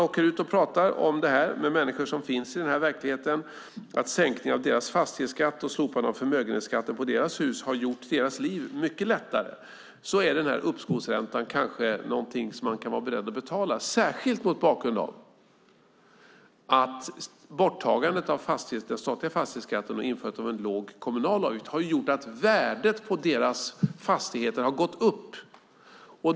För människor som finns i denna verklighet, där sänkningen av deras fastighetsskatt och slopandet av förmögenhetsskatten på deras hus har gjort deras liv mycket lättare, är den här uppskovsräntan kanske någonting som man kan vara beredd att betala, särskilt mot bakgrund av att borttagandet av den statliga fastighetsskatten och införandet av en låg kommunal avgift har gjort att värdet på deras fastigheter har gått upp.